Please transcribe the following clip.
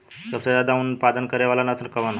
सबसे ज्यादा उन उत्पादन करे वाला नस्ल कवन ह?